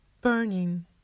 burning